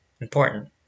important